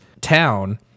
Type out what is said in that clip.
town